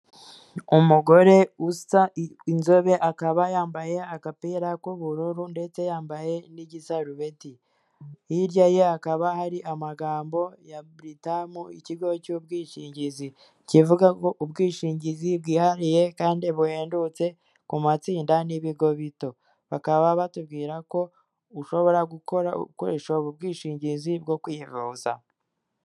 Umugore usa inzobe akaba yambaye agapira k'ubururu ndetse yambaye n'igisarubeti, hirya ye hakaba hari amagambo ya buridamu ikigo cy'ubwishingizi, kivuga ngo ubwishingizi bwihariye kandi buhendutse ku matsinda n'ibigo bito, bakaba batubwira ko ushobora gukora ukoresha ubu bwishingizi bwo kwivuza.